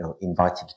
invited